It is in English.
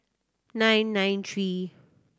nine nine three